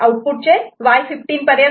STROBE" Y1 A'B'C'D